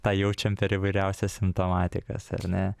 tą jaučiam per įvairiausias simptomatikas ar ne